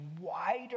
wider